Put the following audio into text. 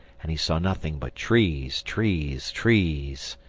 and he saw nothing but trees, trees, trees.